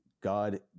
God